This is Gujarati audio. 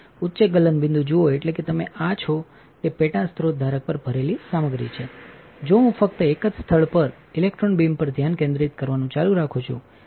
ઉચ્ચ ગલનબિંદુ જુઓ એટલે કે તમે આ છો તે પેટા સ્રોત ધારક પર ભરેલી સામગ્રી છે જો હું ફક્તએક જ સ્થળ પર ઇલેક્ટ્રોન બીમ પરધ્યાન કેન્દ્રિત કરવાનુંચાલુ રાખું છું